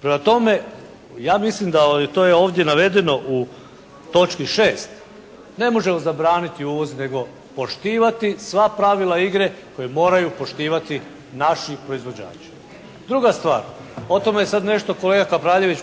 Prema tome, ja mislim, i to je ovdje navedeno u točki 6. ne možemo zabraniti uvoz, nego poštivati sva pravila igre koje moraju poštivati naši proizvođači. Druga stvar, o tome je sad nešto kolega Kapraljević